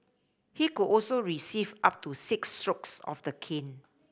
he could also receive up to six strokes of the cane